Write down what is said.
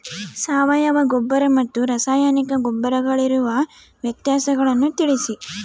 ಸಾವಯವ ಗೊಬ್ಬರ ಮತ್ತು ರಾಸಾಯನಿಕ ಗೊಬ್ಬರಗಳಿಗಿರುವ ವ್ಯತ್ಯಾಸಗಳನ್ನು ತಿಳಿಸಿ?